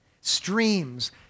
Streams